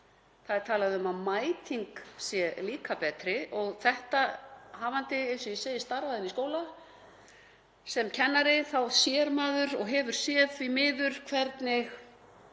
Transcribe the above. Það er talað um að mæting sé líka betri og þetta, hafandi, eins og ég segi, starfað í skóla sem kennari þá hefur maður því miður séð hvernig